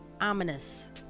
Ominous